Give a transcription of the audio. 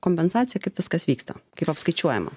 kompensacija kaip viskas vyksta kaip apskaičiuojama